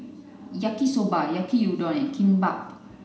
Yaki Soba Yaki Uon and Kimbap